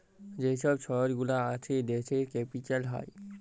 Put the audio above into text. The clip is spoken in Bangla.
যে ছব শহর গুলা আসে দ্যাশের ক্যাপিটাল হ্যয়